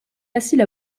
facile